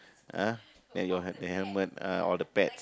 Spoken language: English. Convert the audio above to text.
ah then your helmet ah all the pads